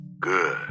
Good